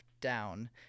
down